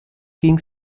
ging